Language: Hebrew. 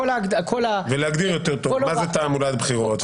ולהגדיר יותר טוב מהי תעמולת בחירות.